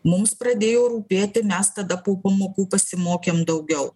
mums pradėjo rūpėti mes tada po pamokų pasimokėm daugiau